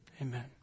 Amen